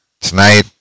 tonight